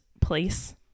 place